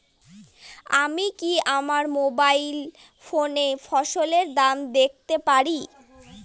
আমি কি আমার মোবাইল ফোনে ফসলের দাম দেখতে পারি?